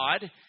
God